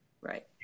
right